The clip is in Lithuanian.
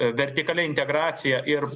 vertikali integracija ir